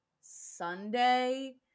Sunday